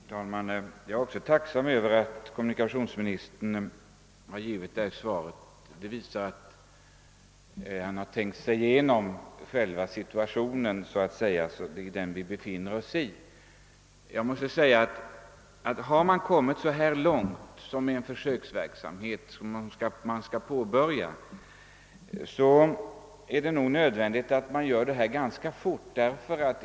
Herr talman! Jag är också tacksam över att kommunikationsministern har gett detta svar, som visar att han har tänkt igenom den situation vi befinner oss i. Har man kommit så här långt som till en försöksplanering är det nog nödvändigt att handla ganska snabbt.